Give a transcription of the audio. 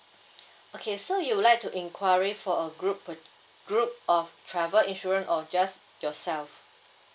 okay so you would like to inquiry for a group pur~ group of travel insurance or just yourself